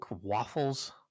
waffles